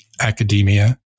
academia